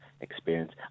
experience